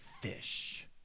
fish